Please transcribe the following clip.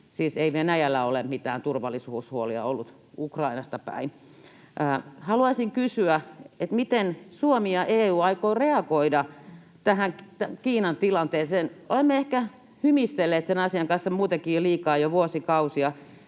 siis ei Venäjällä ole mitään turvallisuushuolia ollut Ukrainasta päin. Haluaisin kysyä, miten Suomi ja EU aikovat reagoida tähän Kiinan tilanteeseen. Olemme ehkä hymistelleet sen asian kanssa muutenkin liikaa jo vuosikausia,